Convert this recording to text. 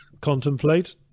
contemplate